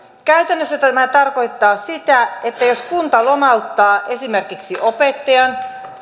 käytännössä tämä tarkoittaa sitä että jos kunta lomauttaa esimerkiksi opettajan